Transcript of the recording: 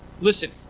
Listen